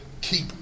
keep